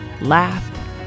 laugh